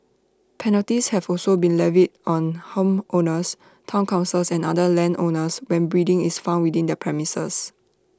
penalties have also been levied on homeowners Town councils and other landowners when breeding is found within their premises